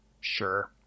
Sure